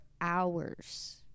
hours